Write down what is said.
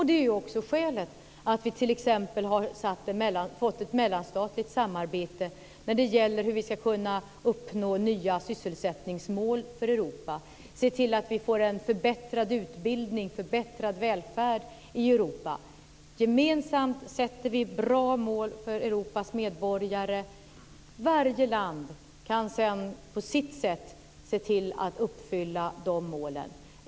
Det är också skälet till att vi t.ex. har fått ett mellanstatligt samarbete när det gäller hur vi ska kunna uppnå nya sysselsättningsmål för Europa, se till att vi får en förbättrad utbildning och en förbättrad välfärd i Europa. Gemensamt sätter vi bra mål för Europas medborgare. Varje land kan sedan på sitt sätt se till att uppfylla dessa mål.